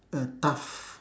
uh tough